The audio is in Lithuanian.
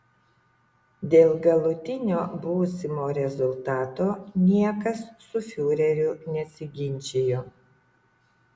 dėl galutinio būsimo rezultato niekas su fiureriu nesiginčijo